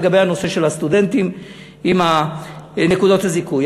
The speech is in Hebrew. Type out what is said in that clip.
לגבי הנושא של הסטודנטים ונקודות הזיכוי.